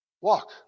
walk